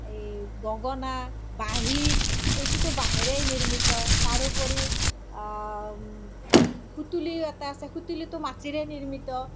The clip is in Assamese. এই গঁগনা বাঁহী এইটোতো বাঁহেৰেই নিৰ্মিত তাৰোপৰি সুতুলিও এটা আছে সুতুলিটো মাটিৰে নিৰ্মিত